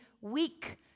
weak